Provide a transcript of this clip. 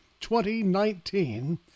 2019